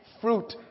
fruit